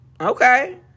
Okay